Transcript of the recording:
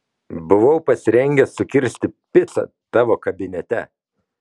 buvau pasirengęs sukirsti picą tavo kabinete